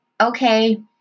okay